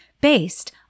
based